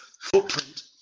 footprint